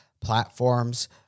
platforms